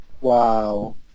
wow